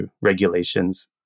regulations